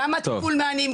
לטיפול אין מענים,